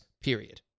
period